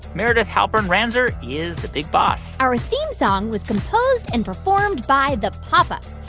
meredith halpern-ranzer is the big boss our theme song was composed and performed by the pop ups.